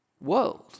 world